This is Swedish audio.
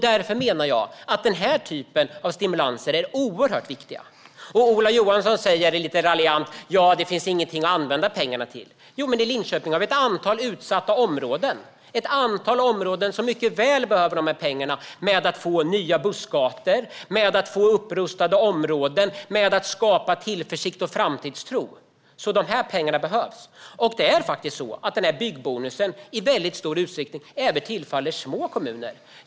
Därför menar jag att den här typen av stimulanser är oerhört viktiga. Ola Johansson säger lite raljant att det inte finns någonting att använda pengarna till. Men i Linköping har vi ett antal utsatta områden som mycket väl behöver pengarna till nya bussgator, till att rusta upp områden och till att skapa tillförsikt och framtidstro. Pengarna behövs. Byggbonusen tillfaller även små kommuner i stor utsträckning.